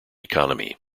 economy